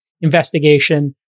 investigation